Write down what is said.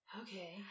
Okay